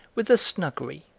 with the snuggery,